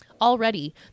Already